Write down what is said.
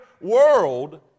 world